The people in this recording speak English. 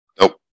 Nope